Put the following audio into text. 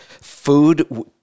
food